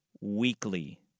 weekly